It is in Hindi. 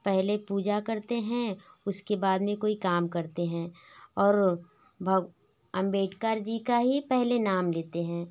पहले पूजा करते है उसके बाद में कोई काम करते है और अम्बेडकरजी का ही पहले नाम लेते है